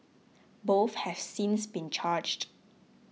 both has since been charged